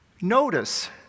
Notice